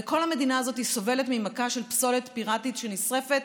וכל המדינה הזאת סובלת ממכה של פסולת פיראטית שנשרפת.